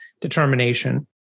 determination